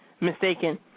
mistaken